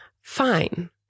Fine